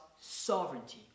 sovereignty